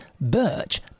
Birch